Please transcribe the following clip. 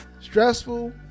Stressful